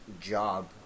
job